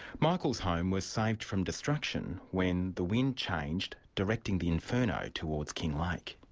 michael's home was saved from destruction when the wind changed directing the inferno towards kinglake.